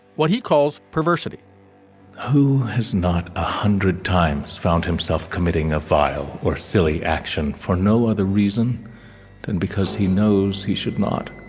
what he calls perversity who has not a hundred times found himself committing a vile or silly action for no other reason than because he knows he should not.